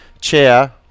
chair